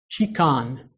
Chikan